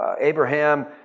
Abraham